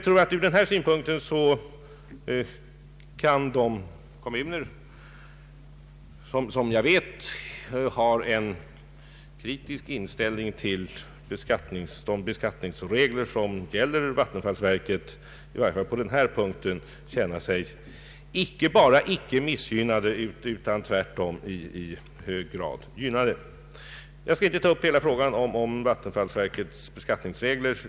Från den synpunkten kan nog de kommuner, som jag vet har en kritisk inställning till de beskattningsregler som gäller Vattenfallsverket, i varje fall på denna punkt känna sig icke missgynnade utan tvärtom i hög grad gynnade. Jag skall inte ta upp hela frågan om vattenfallsverkets beskattningsregler.